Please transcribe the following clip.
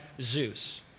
Zeus